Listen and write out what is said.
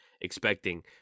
expecting